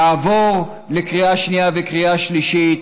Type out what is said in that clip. יעבור לקריאה שנייה ולקריאה שלישית.